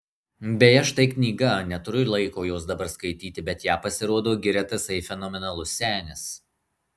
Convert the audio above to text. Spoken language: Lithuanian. beje štai knyga neturiu laiko jos dabar skaityti bet ją pasirodo giria tasai fenomenalus senis